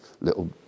little